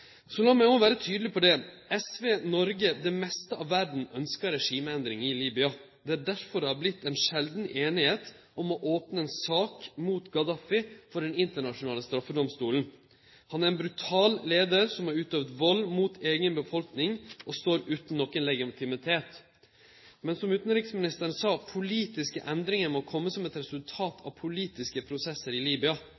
vere tydeleg på det: SV, Noreg og det meste av verda ønskjer regimeendring i Libya. Det er derfor det har blitt ei sjeldan einigheit om å opne ei sak mot Gaddafi for den internasjonale straffedomstolen. Han er ein brutal leiar som har utøvd vald mot eiga befolkning, og står utan nokon legitimitet. Men som utanriksministeren sa: «Politiske endringer må komme som et resultat